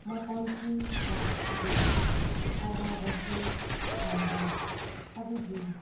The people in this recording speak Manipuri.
ꯃꯇꯝꯁꯨ ꯆꯪꯗꯦ ꯑꯋꯥꯕꯁꯨ ꯐꯪꯗꯦ ꯑꯗꯨꯒꯤ